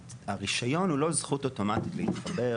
הרישיון הוא לא זכות אוטומטית להתחבר